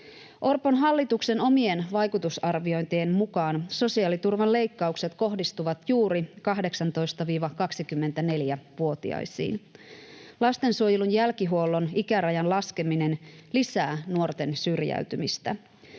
Orpon hallituksen omien vaikutusarviointien mukaan sosiaaliturvan leikkaukset kohdistuvat juuri 18—24-vuotiaisiin. Lastensuojelun jälkihuollon ikärajan laskeminen lisää nuorten syrjäytymistä.